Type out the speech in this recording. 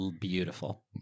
Beautiful